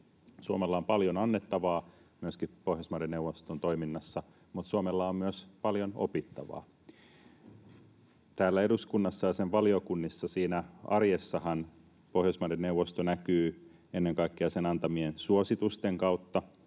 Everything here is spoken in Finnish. Suomella on paljon annettavaa Pohjoismaiden neuvoston toiminnassa, mutta Suomella on myös paljon opittavaa. Täällä eduskunnassa ja sen valiokunnissa siinä arjessahan Pohjoismaiden neuvosto näkyy ennen kaikkea sen antamien suositusten kautta.